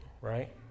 right